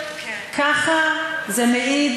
המצב שלנו בעולם,